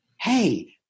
Hey